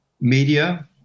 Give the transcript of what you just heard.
media